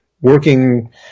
working